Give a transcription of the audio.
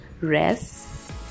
rest